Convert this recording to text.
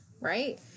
Right